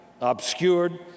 obscured